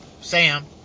Sam